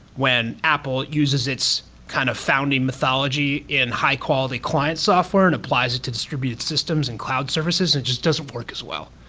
when apple uses its kind of founding mythology in high-quality client software and applies it distributed systems and cloud services, it just doesn't work as well.